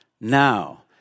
now